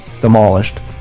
demolished